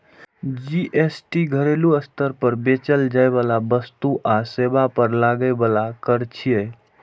GST घरेलू स्तर पर बेचल जाइ बला वस्तु आ सेवा पर लागै बला कर छियै